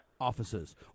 offices